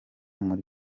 muri